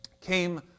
came